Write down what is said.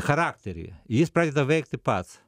charakterį jis pradeda veikti pats